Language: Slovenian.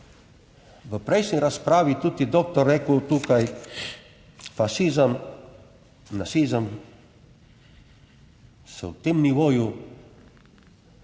v prejšnji razpravi je tudi doktor rekel tukaj, fašizem, nacizem so v tem nivoju,